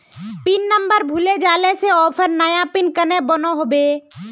Pin number भूले जाले से ऑफर नया पिन कन्हे बनो होबे?